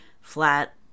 flat